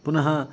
पुनः